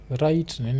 right